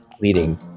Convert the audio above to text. leading